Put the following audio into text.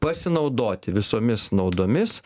pasinaudoti visomis naudomis